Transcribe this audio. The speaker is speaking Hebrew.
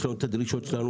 יש לנו את הדרישות שלנו,